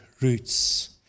roots